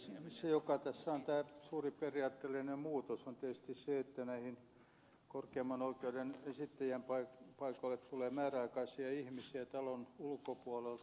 se mikä tässä on tämä suuri periaatteellinen muutos on tietysti se että näihin korkeimman oikeuden esittelijän paikoille tulee määräaikaisia ihmisiä talon ulkopuolelta